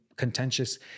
contentious